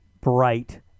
bright